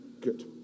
Good